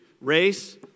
Race